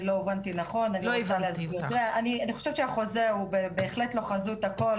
אני חושבת שהחוזה הוא בהחלט לא חזות הכל.